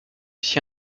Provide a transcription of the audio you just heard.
ici